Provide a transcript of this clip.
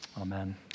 Amen